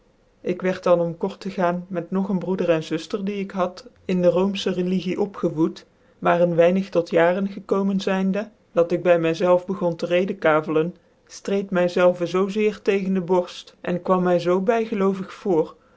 ik wierd dan om kort te gaan met nog een broeder en zuftcr die ik had in de roomfchc religie opgevoed maar een weinig tot jaren gekoomen zyndc dat ik by my zeiven begon te rcdenkavelcn treed my dezelve zoo zeer tegen de borft en kwam my zoo bygclovig voor